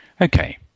Okay